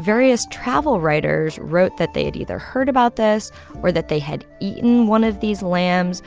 various travel writers wrote that they had either heard about this or that they had eaten one of these lambs.